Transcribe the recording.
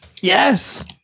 Yes